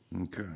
Okay